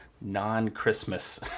non-Christmas